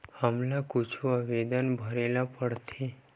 हमला कुछु आवेदन भरेला पढ़थे?